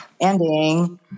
ending